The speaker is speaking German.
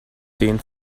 zehn